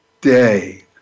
day